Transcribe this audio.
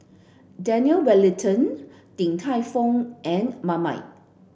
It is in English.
Daniel Wellington Din Tai Fung and Marmite